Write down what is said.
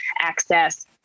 access